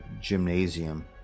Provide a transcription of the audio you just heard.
gymnasium